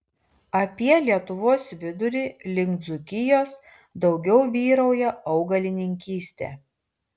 apie lietuvos vidurį link dzūkijos daugiau vyrauja augalininkystė